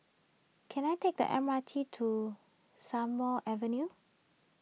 can I take the M R T to Strathmore Avenue